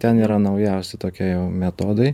ten yra naujausi tokie jau metodai